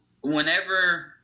whenever